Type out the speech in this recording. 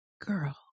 girl